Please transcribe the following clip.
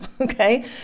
Okay